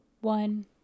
one